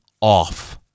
off